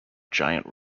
giant